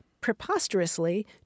preposterously